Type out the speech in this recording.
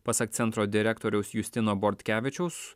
pasak centro direktoriaus justino bortkevičiaus